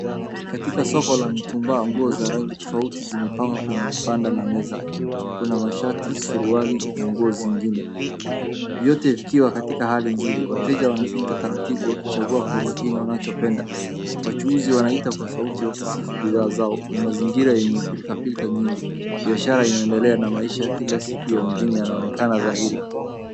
Katika soko la mitumba mguo za rangi tofauti zimepangwa kwenye vibanda na meza, kuna mashati suruali na nguo zingine. Zote zikiwa katika hali nzuri wateja wanapita taratibu wakichagua kwa makini wanachopenda wachuuzi wanawaiita kwa sauti wakisifu bidhaa zao ni mazingira yenye pilkapilka mingi biashara inaendelea kila siku na maisha ya mjini inaonekana dhahiri.